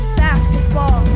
basketball